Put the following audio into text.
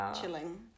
chilling